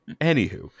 anywho